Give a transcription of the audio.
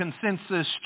consensus